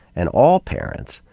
and all parents,